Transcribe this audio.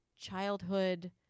childhood